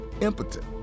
impotent